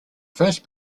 first